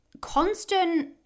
constant